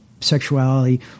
sexuality